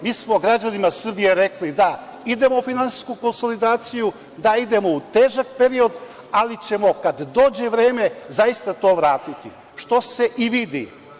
Mi smo građanima Srbije rekli da idemo u finansijsku konsolidaciju, da idemo u težak period, ali ćemo kada dođe vreme zaista to vratiti, što se i vidi.